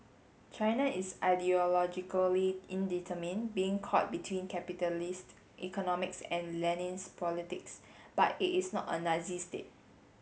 China is ideologically indeterminate being caught between capitalist economics and Leninist politics but it is not a Nazi state